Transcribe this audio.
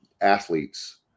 athletes